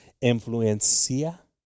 influencia